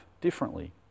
differently